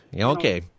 Okay